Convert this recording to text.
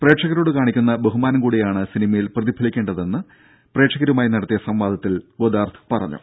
പ്രേക്ഷകരോട് കാണിക്കുന്ന ബഹുമാനം കൂടിയാണ് സിനിമയിൽ പ്രതിഫലിക്കേണ്ടതെന്ന് മേളയിൽ പ്രേക്ഷകരുമായി നടത്തിയ സംവാദത്തിൽ അദ്ദേഹം പറഞ്ഞു